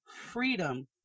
freedom